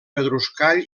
pedruscall